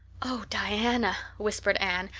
oh, diana, whispered anne,